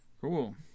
Cool